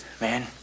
man